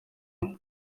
umwe